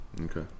Okay